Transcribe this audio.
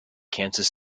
kansas